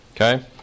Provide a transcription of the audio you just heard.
okay